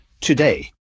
Today